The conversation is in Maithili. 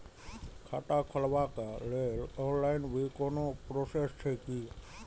खाता खोलाबक लेल ऑनलाईन भी कोनो प्रोसेस छै की?